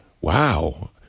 Wow